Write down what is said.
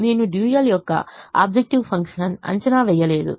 నేను డ్యూయల్ యొక్క objective function అంచనా వేయలేదు